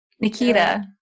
Nikita